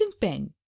Pen